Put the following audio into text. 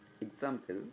Example